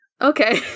okay